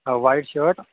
white shirt